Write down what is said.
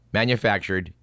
manufactured